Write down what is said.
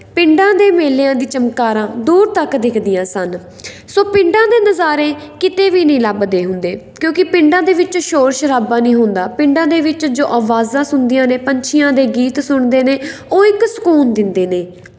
ਪਿੰਡਾਂ ਦੇ ਮੇਲਿਆਂ ਦੀ ਚਮਕਾਰਾਂ ਦੂਰ ਤੱਕ ਦਿੱਖਦੀਆਂ ਸਨ ਸੋ ਪਿੰਡਾਂ ਦੇ ਨਜ਼ਾਰੇ ਕਿਤੇ ਵੀ ਨਹੀਂ ਲੱਭਦੇ ਹੁੰਦੇ ਕਿਉਂਕਿ ਪਿੰਡਾਂ ਦੇ ਵਿੱਚ ਸ਼ੋਰ ਸ਼ਰਾਬਾ ਨਹੀਂ ਹੁੰਦਾ ਪਿੰਡਾਂ ਦੇ ਵਿੱਚ ਜੋ ਆਵਾਜ਼ਾਂ ਸੁਣਦੀਆਂ ਨੇ ਪੰਛੀਆਂ ਦੇ ਗੀਤ ਸੁਣਦੇ ਨੇ ਉਹ ਇੱਕ ਸਕੂਨ ਦਿੰਦੇ ਨੇ